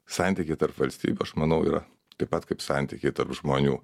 santykiai tarp valstybių aš manau yra taip pat kaip santykiai tarp žmonių